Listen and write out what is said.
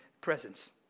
presence